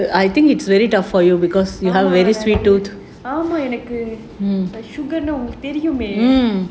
ஆமா எனக்கு:aamaa enakku sugar உங்களுக்கு தெரியுமே:ungalukku teriyumae